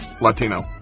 Latino